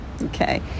okay